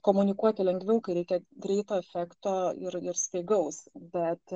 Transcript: komunikuoti lengviau kai reikia greito efekto ir ir staigaus bet